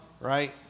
right